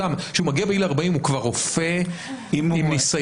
כשהוא מגיל בגיל 40 הוא כבר רופא עם ניסיון?